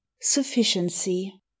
SUFFICIENCY